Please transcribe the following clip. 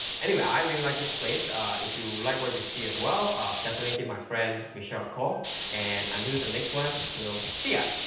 anyway i really like this place, ah if you like what you see as well ah definitely give my friend, michelle, a call and and until the next one we'll see ya